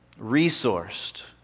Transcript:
resourced